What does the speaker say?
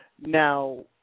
Now